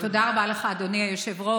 תודה רבה לך, אדוני היושב-ראש.